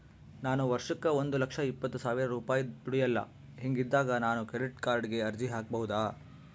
ನಾನು ವರ್ಷಕ್ಕ ಒಂದು ಲಕ್ಷ ಇಪ್ಪತ್ತು ಸಾವಿರ ರೂಪಾಯಿ ದುಡಿಯಲ್ಲ ಹಿಂಗಿದ್ದಾಗ ನಾನು ಕ್ರೆಡಿಟ್ ಕಾರ್ಡಿಗೆ ಅರ್ಜಿ ಹಾಕಬಹುದಾ?